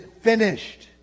finished